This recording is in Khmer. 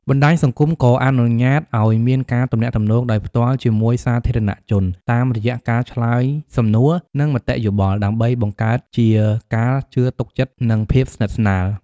បណ្តាញសង្គមក៏អនុញ្ញាតឲ្យមានការទំនាក់ទំនងដោយផ្ទាល់ជាមួយសាធារណជនតាមរយៈការឆ្លើយសំណួរ និងមតិយោបល់ ដើម្បីបង្កើតជាការជឿទុកចិត្តនិងភាពស្និទ្ធស្នាល។